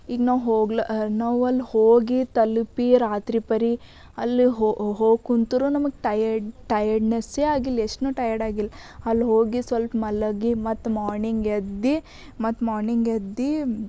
ಈಗ ನಾವು ಹೋಗ್ಲ ನಾವಲ್ಲಿ ಹೋಗಿ ತಲುಪಿ ರಾತ್ರಿಪರಿ ಅಲ್ಲಿ ಹೋಗಿ ಕೂತ್ರೂ ನಮಗೆ ಟಯರ್ಡ್ ಟಯರ್ಡ್ನೆಸ್ಸೇ ಆಗಿಲ್ಲ ಎಷ್ಟೂ ನಾವು ಟಯರ್ಡ್ ಆಗಿಲ್ಲ ಅಲ್ಲಿ ಹೋಗಿ ಸ್ವಲ್ಪ ಮಲಗಿ ಮತ್ತೆ ಮಾರ್ನಿಂಗ್ ಎದ್ದು ಮತ್ತು ಮಾರ್ನಿಂಗ್ ಎದ್ದು